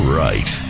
right